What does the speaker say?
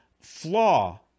flaw